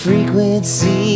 Frequency